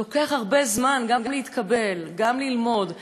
לוקח הרבה זמן גם להתקבל, גם ללמוד.